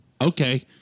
okay